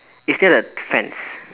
it's near the fence